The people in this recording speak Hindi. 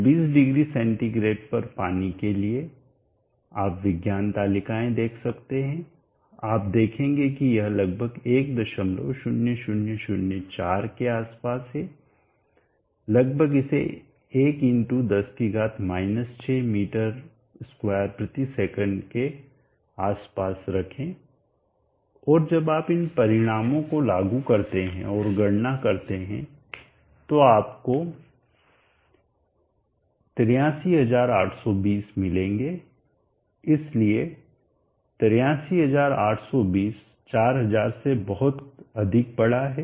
तो 200 c पर पानी के लिए आप विज्ञान तालिकाएँ देख सकते हैं आप देखेंगे कि यह लगभग 10004 के आसपास है लगभग इसे 1 × 10 6 m2 s के आसपास रखें और जब आप इन परिणामों को लागू करते हैं और गणना करते हैं तो आपको 83820 मिलेंगे इसलिए 83820 4000 से बहुत अधिक बड़ा है